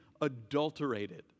adulterated